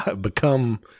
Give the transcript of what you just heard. Become